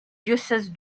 diocèse